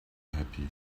happy